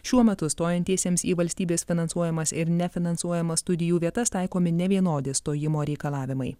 šiuo metu stojantiesiems į valstybės finansuojamas ir nefinansuojamas studijų vietas taikomi nevienodi stojimo reikalavimai